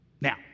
Now